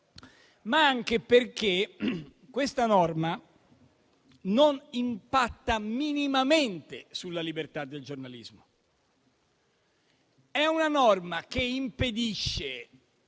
ma anche perché questa norma non impatta minimamente sulla libertà del giornalismo. È una norma che impedisce